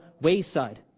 wayside